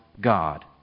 God